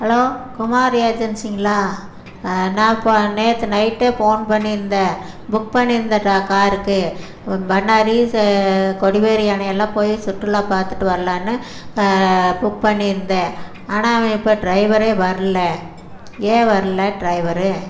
hello Kumar ஏஜென்சிங்களா நான் இப்போ நேற்று நைட்டே ஃபோன் பண்ணியிருந்தேன் புக் பண்ணியிருந்தேன் ட காருக்கு பண்ணாரி கொடிவேரி அணையெல்லாம் போய் சுற்றுலா பார்த்துட்டு வரலானு புக் பண்ணியிருந்தேன் ஆனால் இப்போ டிரைவரே வரல ஏன் வரல டிரைவர்